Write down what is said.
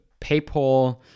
PayPal